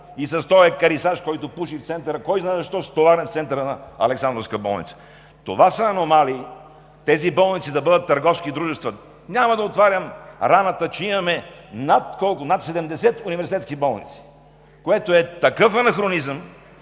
и с този екарисаж, който пуши в центъра, кой знае защо стоварен в центъра на Александровска болница. Това са аномалии – тези болници да бъдат търговски дружества. Няма да отварям раната, че имаме над 79 университетски болници, което е такъв анахронизъм.